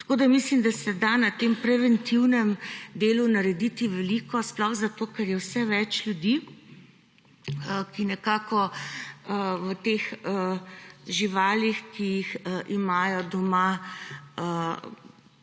živijo. Mislim, da se da na tem preventivnem delu narediti veliko, sploh zato ker je vse več ljudi, ki se ob teh živalih, ki jih imajo doma,